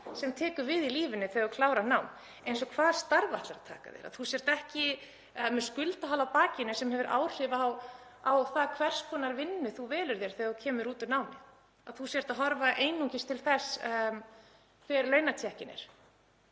sem tekur við í lífinu þegar þú klárar nám, eins og hvaða starfi þú ætlar að taka, að þú sért ekki með skuldahala á bakinu sem hefur áhrif á það hvers konar vinnu þú velur þegar þú kemur úr námi þannig að þú sért einungis að horfa til þess hver launatékkinn